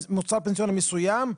מוצר פנסיוני מסוים,